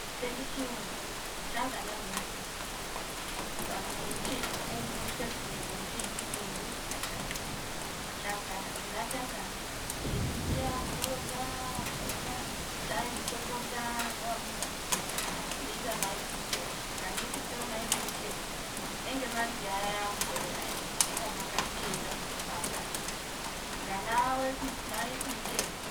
sendi chiungo changanya muumu pano muumchiki muumu muli sefulia munu chiiki vitungu nachan nacha changanya ngina changanya ivipya nkologa nkologa ntai vitopota kwa mdaa niza nai kumuchele nganizi kalanai kumuchele enge manzi yaya yamuchele yaya enga maka ntiika paa mbali ngana weku nai kumuchele